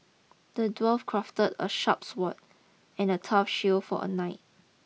the dwarf crafted a sharp sword and a tough shield for a knight